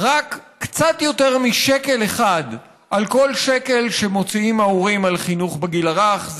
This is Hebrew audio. רק קצת יותר משקל אחד על כל שקל שמוציאים ההורים על חינוך בגיל הרך.